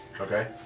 Okay